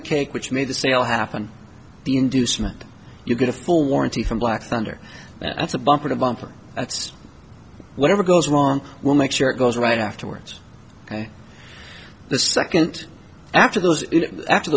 the cake which made the sale happen the inducement you get a full warranty from black thunder that's a bumper to bumper it's whatever goes wrong we'll make sure it goes right afterwards the second after those after